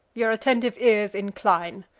your attentive ears incline!